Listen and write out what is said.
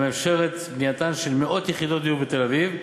המאפשרת בנייתן של מאות יחידות דיור בתל-אביב,